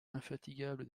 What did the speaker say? infatigable